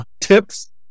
tips